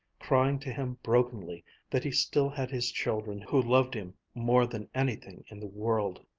crying to him brokenly that he still had his children who loved him more than anything in the world.